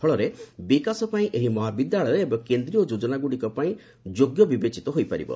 ଫଳରେ ବିକାଶ ପାଇଁ ଏହି ମହାବିଦ୍ୟାଳୟ ଏବେ କେନ୍ଦ୍ରୀୟ ଯୋଜନାଗୁଡ଼ିକ ପାଇଁ ଯୋଗ୍ୟ ବିବେଚିତ ହୋଇପାରିବ